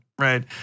right